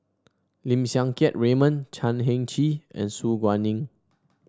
Lim Siang Keat Raymond Chan Heng Chee and Su Guaning